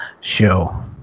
show